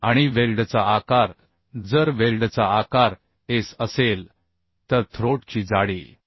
आणि वेल्डचा आकार जर वेल्डचा आकार s असेल तर थ्रोट ची जाडी 0